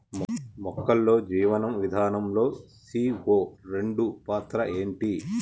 మొక్కల్లో జీవనం విధానం లో సీ.ఓ రెండు పాత్ర ఏంటి?